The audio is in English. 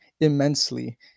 immensely